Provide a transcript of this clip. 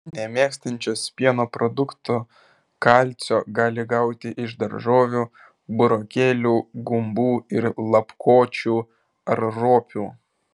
nemėgstančios pieno produktų kalcio gali gauti iš daržovių burokėlių gumbų ir lapkočių ar ropių